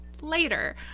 later